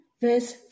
verse